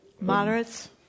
Moderates